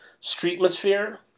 Streetmosphere